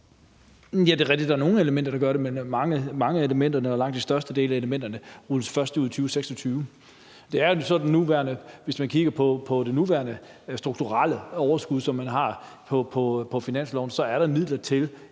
Ja, det er rigtigt, at der er nogle elementer, der gør det, men mange af elementerne, langt størstedelen af elementerne, rulles først ud i 2026. Det er jo sådan, at hvis man kigger på det nuværende strukturelle overskud, som man har på finansloven, så er der midler,